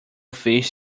fish